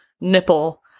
nipple